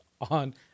on